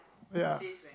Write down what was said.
ya